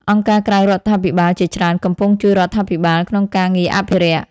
អង្គការក្រៅរដ្ឋាភិបាលជាច្រើនកំពុងជួយរដ្ឋាភិបាលក្នុងការងារអភិរក្ស។